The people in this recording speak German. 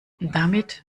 damit